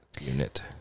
unit